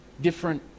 different